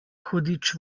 hudič